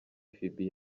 phibi